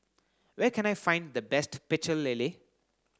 where can I find the best Pecel Lele